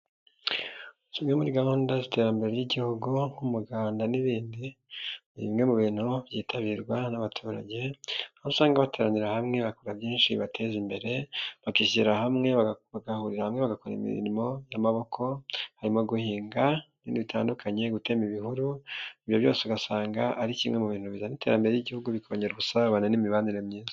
Zimwe muri gahunda z'iterambere ry'igihugu nk'umuganda n'ibindi, ni bimwe mu bintu byitabirwa n'abaturage, usanga bateranira hamwe bakora byinshi bibateza imbere, bakishyira hamwe, bagahurira hamwe bagakora imirimo y'amaboko, harimo guhinga n'ibindi bitandukanye, harimo gutema ibihuru, ibyo byose ugasanga ari kimwe mu bintu bizana iterambere ry'Igihugu, bikongera ubusabane n'imibanire myiza.